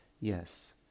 Yes